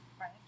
right